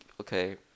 okay